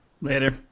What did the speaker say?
Later